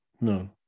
No